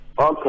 Okay